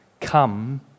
come